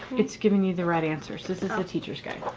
it's giving you the right answers. it's it's the teachers guide.